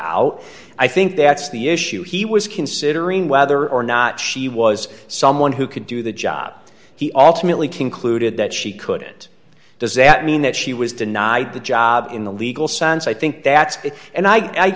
out i think that's the issue he was considering whether or not she was someone who could do the job he alternately concluded that she couldn't does that mean that she was denied the job in the legal sense i think that's good and i